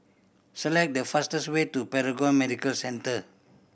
select the fastest way to Paragon Medical Centre